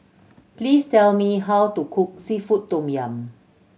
please tell me how to cook seafood tom yum